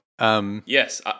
Yes